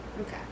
Okay